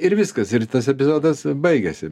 ir viskas ir tas epizodas baigėsi